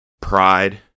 pride